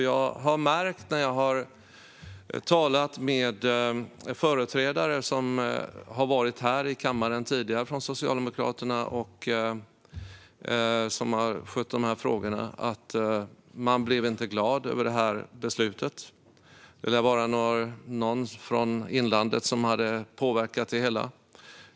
Jag har märkt när jag har talat med företrädare för Socialdemokraterna som tidigare har varit här i kammaren och som har skött dessa frågor att man inte blev glad över det beslutet. Det lär vara någon från inlandet som hade påverkat det hela.